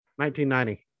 1990